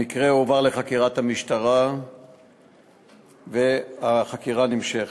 המקרה הועבר לחקירת המשטרה והחקירה נמשכת.